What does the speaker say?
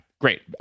Great